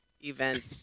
event